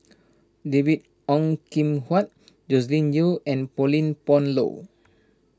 David Ong Kim Huat Joscelin Yeo and Pauline Dawn Loh